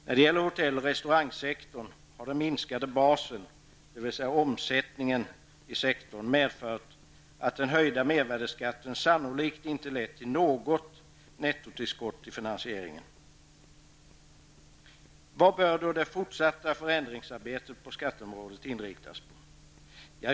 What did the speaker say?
När det gäller hotell och restaurangsektorn har den minskade basen -- dvs. omsättningen -- medfört att den höjda mervärdesskatten sannolikt inte lett till något nettotillskott till finansieringen. Vad bör då det fortsatta förändringsarbetet när det gäller skatteområdet inriktas på?